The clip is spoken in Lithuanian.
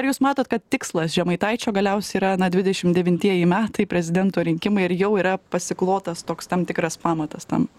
ar jūs matot kad tikslas žemaitaičio galiausiai yra na dvidešim devintieji metai prezidento rinkimai ir jau yra pasiklotas toks tam tikras pamatas tam